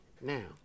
now